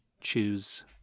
choose